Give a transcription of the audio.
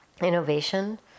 innovation